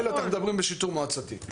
פיילוט אנחנו מדברים בשיטור מועצתי.